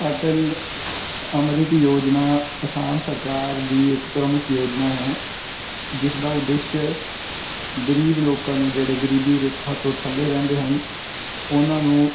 ਅਟਲ ਅੰਮ੍ਰਿਤ ਯੋਜਨਾ ਅਸਾਮ ਸਰਕਾਰ ਦੀ ਇੱਕ ਪ੍ਰਮੁੱਖ ਯੋਜਨਾ ਹੈ ਜਿਸ ਦਾ ਉਦੇਸ਼ ਗਰੀਬ ਲੋਕਾਂ ਨੂੰ ਜਿਹੜੇ ਗਰੀਬੀ ਰੇਖਾ ਤੋਂ ਥੱਲੇ ਰਹਿੰਦੇ ਹਨ ਉਹਨਾਂ ਨੂੰ